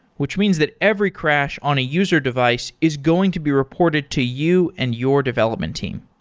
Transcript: which means that every crash on a user device is going to be reported to you and your development team.